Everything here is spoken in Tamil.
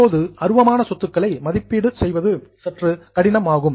இப்போது அருவமான சொத்துக்களை மதிப்பீடு செய்வது சற்று கடினம் ஆகும்